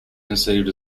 conceived